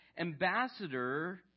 Ambassador